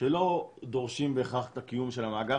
שלא דורשים בהכרח את הקיום של המאגר